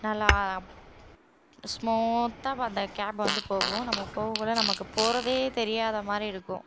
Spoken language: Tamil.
நல்லா ஸ்மூத்தாக இப்போ அந்த கேப் வந்து போகும் நம்ம போகக்குள்ள நமக்கு போகிறதே தெரியாதா மாதிரி இருக்கும்